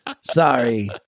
Sorry